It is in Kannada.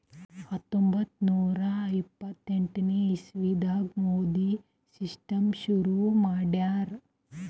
ಹತ್ತೊಂಬತ್ತ್ ನೂರಾ ಇಪ್ಪತ್ತೆಂಟನೇ ಇಸವಿದಾಗ್ ಮಂಡಿ ಸಿಸ್ಟಮ್ ಶುರು ಮಾಡ್ಯಾರ್